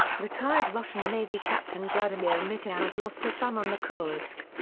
retired russian navy captain vladimir mityayev lost a son on the kursk.